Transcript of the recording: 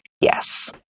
Yes